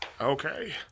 Okay